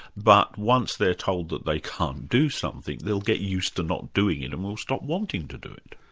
but once they're told that they can't do something, they'll get used to not doing it and will stop wanting to do it.